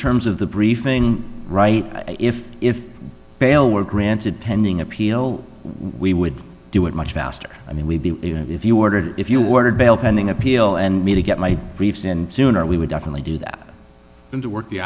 terms of the briefing right if if bail were granted pending appeal we would do it much faster i mean we'd be you know if you ordered if you were to bail pending appeal and me to get my briefs in sooner we would definitely do that and to work the